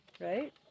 Right